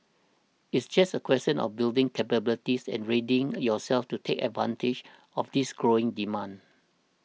it's just a question of building capabilities and readying yourselves to take advantage of this growing demand